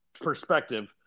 perspective